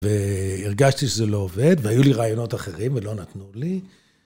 והרגשתי שזה לא עובד, והיו לי רעיונות אחרים ולא נתנו לי.